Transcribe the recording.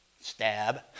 Stab